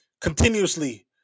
continuously